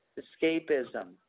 escapism